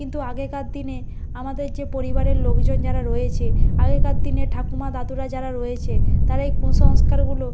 কিন্তু আগেকার দিনে আমাদের যে পরিবারের লোকজন যারা রয়েছে আগেকার দিনে ঠাকুমা দাদুরা যারা রয়েছে তারা এই কুসংস্কারগুলো